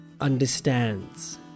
understands